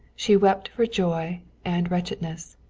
she wept for joy and wretchedness.